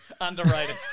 underrated